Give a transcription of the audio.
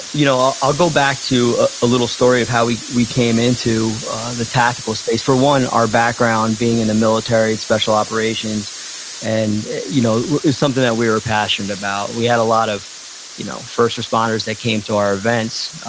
you know ah i'll go back to a little story of how we we came into the tactical space. for one, our background being in the military and special operations and you know is something that we were passionate about. about. we had a lot of you know first responders that came to our events.